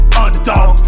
underdog